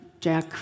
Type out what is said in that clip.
Jack